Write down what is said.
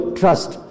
trust